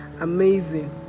amazing